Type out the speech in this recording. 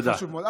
זה חשוב מאוד.